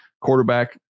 quarterback –